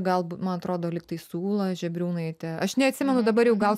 galbūt man atrodo lyg tai su ūla žebriūnaite aš neatsimenu dabar jau gal